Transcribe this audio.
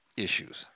Issues